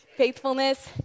faithfulness